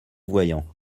voyant